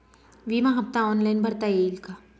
विमा हफ्ता ऑनलाईन भरता येईल का?